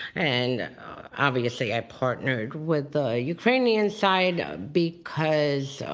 and obviously i partnered with the ukrainian side, because so